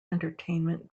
entertainment